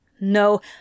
No